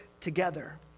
together